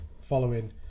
following